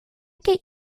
get